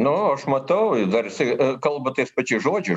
nu aš matau ir dar jisai kalba tais pačiais žodžiais